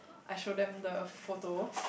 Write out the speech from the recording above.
I show them the photo